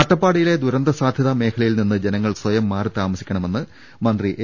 അട്ടപ്പാടിയിലെ ദുരന്ത സാധ്യതാ മേഖലയിൽനിന്ന് ജനങ്ങൾ സ്വയം മാറിതാമസിക്കണമെന്ന് മന്ത്രി എ